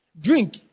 drink